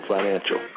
Financial